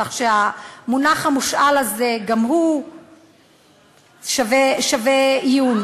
כך שהמונח המושאל הזה גם הוא שווה עיון.